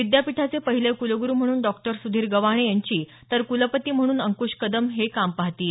विद्यापीठाचे पहिले कुलगुरू म्हणून डॉक्टर सुधीर गव्हाणे यांची तर कुलपती म्हणून अंकुश कदम हे काम पाहतील